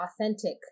authentic